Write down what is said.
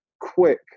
quick